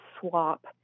swap